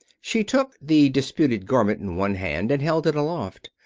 she took the disputed garment in one hand and held it aloft.